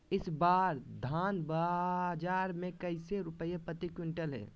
इस बार धान बाजार मे कैसे रुपए प्रति क्विंटल है?